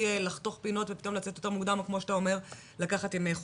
לחתוך פינות ופתאום לצאת יותר מוקדם או לקחת ימי חופשה.